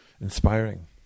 inspiring